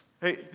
Hey